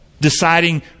deciding